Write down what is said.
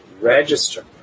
register